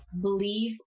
believe